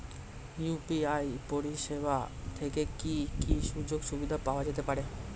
UPI পরিষেবা থেকে কি কি সুযোগ সুবিধা পাওয়া যেতে পারে?